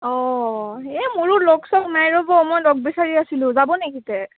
অঁ এই মোৰো লগ চগ নাই ৰ'ব মই লগ বিচাৰি আছিলো যাব নেকি তে